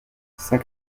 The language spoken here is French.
saint